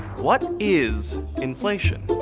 what is inflation?